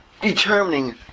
determining